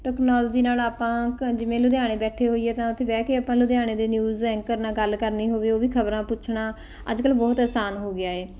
technology ਨਾਲ ਆਪਾਂ ਜਿਵੇਂ ਲੁਧਿਆਣੇ ਬੈਠੇ ਹੋਈਏ ਤਾਂ ਉੱਥੇ ਬਹਿ ਕੇ ਆਪਾਂ ਲੁਧਿਆਣੇ ਦੇ ਨਿਊਜ਼ ਐਂਕਰ ਨਾਲ ਗੱਲ ਕਰਨੀ ਹੋਵੇ ਉਹ ਵੀ ਖਬਰਾਂ ਪੁੱਛਣਾ ਅੱਜ ਕੱਲ੍ਹ ਬਹੁਤ ਆਸਾਨ ਹੋ ਗਿਆ ਹੈ